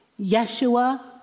Yeshua